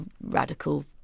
radical